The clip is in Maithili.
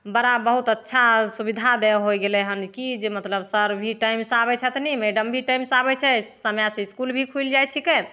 बड़ा बहुत अच्छा सुविधा दै होइ गेलै हँ कि जे मतलब सर भी टाइमसे आबै छथिन मैडम भी टाइमसे आबै छै समयसे इसकुल भी खुलि जाइ छिकै